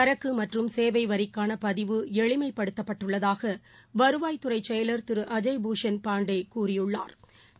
சரக்குமற்றும் சேவைவரிக்கானபதிவு எளிமைப்படுத்தப்பட்டுள்ளதாகவருவாய்த்துறைசெயலர் திருஅஜய் பூஷன் பாண்டேகூறியுள்ளாா்